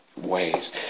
ways